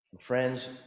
Friends